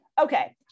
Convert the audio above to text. Okay